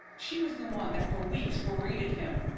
she was the one that for weeks berated him.